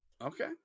okay